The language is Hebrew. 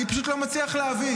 אני פשוט לא מצליח להבין.